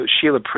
Sheila